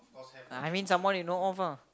I mean someone you know of ah